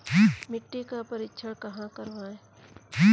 मिट्टी का परीक्षण कहाँ करवाएँ?